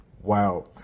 Wow